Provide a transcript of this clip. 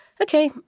Okay